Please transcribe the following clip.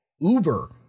Uber